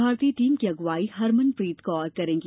भारतीय टीम की अगुवाई हरमनप्रीत कौर करेंगी